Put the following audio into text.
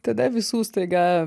tada visų staiga